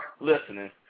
listening